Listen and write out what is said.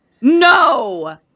no